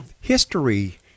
History